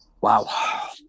wow